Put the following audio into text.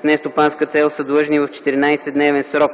с нестопанска цел, са длъжни в 14-дневен срок